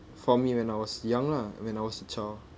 for me when I was young lah when I was a child